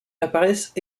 apparaissent